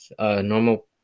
Normal